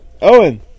Owen